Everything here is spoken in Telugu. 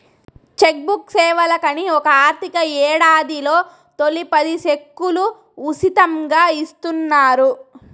చెక్ బుక్ సేవలకని ఒక ఆర్థిక యేడాదిలో తొలి పది సెక్కులు ఉసితంగా ఇస్తున్నారు